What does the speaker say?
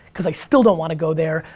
cause i still don't want to go there.